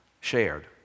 shared